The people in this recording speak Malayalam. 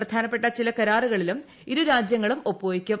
പ്രധാനപ്പെട്ട ചില കരാറുകളിലും ഇരു രാജ്യങ്ങളും ഒപ്പ് വയ്ക്കും